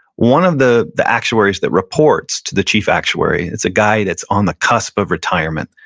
one of the the actuaries that reports to the chief actuary is a guy that's on the cusp of retirement,